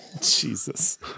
Jesus